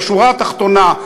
בשורה התחתונה,